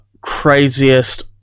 craziest